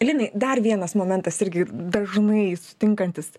linai dar vienas momentas irgi dažnai sutinkantys